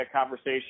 conversation